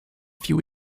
few